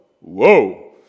whoa